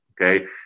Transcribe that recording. Okay